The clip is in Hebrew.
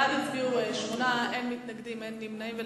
בעד, 8, אין מתנגדים ואין נמנעים.